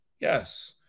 Yes